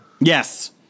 Yes